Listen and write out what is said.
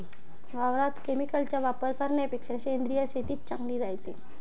वावरात केमिकलचा वापर करन्यापेक्षा सेंद्रिय शेतीच चांगली रायते